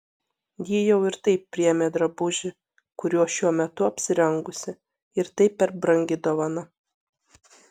ji jau ir taip priėmė drabužį kuriuo šiuo metu apsirengusi ir tai per brangi dovana